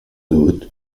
août